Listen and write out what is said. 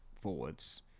forwards